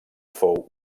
fou